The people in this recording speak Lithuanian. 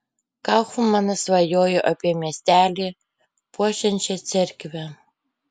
kaufmanas svajojo apie miestelį puošiančią cerkvę